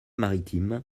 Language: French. maritime